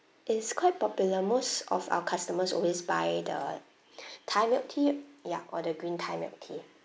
it's quite popular most of our customers always buy the thai milk tea ya or the green thai milk tea